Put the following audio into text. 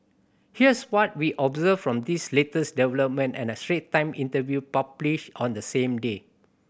here's what we observed from this latest development and a Straits Times interview published on the same day